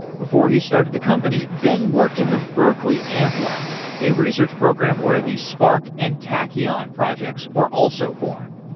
before he started the company, ben worked in the berkeley amplab, a research program where the spark and tachyon projects were also born.